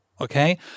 okay